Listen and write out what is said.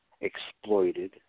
exploited